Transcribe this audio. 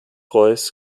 royce